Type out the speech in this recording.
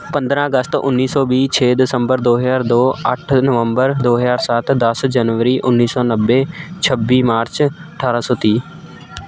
ਪੰਦਰਾਂ ਅਗਸਤ ਉੱਨੀ ਸੌ ਵੀਹ ਛੇ ਦਸੰਬਰ ਦੋ ਹਜ਼ਾਰ ਦੋ ਅੱਠ ਨਵੰਬਰ ਦੋ ਹਜ਼ਾਰ ਸੱਤ ਦਸ ਜਨਵਰੀ ਉੱਨੀ ਸੌ ਨੱਬੇ ਛੱਬੀ ਮਾਰਚ ਅਠਾਰ੍ਹਾਂ ਸੌ ਤੀਹ